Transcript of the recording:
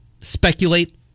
speculate